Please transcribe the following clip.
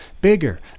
Bigger